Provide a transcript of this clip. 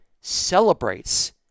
celebrates